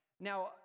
Now